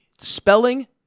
spelling